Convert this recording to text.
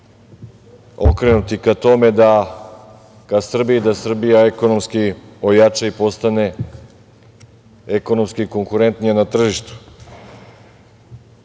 okrenuti ka Srbiji, da Srbija ekonomski ojača i postane ekonomski konkurentnija na tržištu. Kao